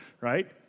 right